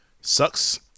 Sucks